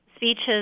Speeches